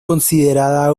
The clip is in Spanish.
considerada